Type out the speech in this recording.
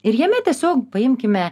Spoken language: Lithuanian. ir jame tiesiog paimkime